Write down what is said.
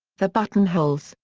the buttonholes,